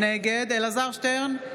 נגד אלעזר שטרן,